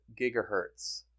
gigahertz